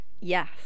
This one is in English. Yes